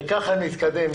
וכך נתקדם.